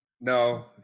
No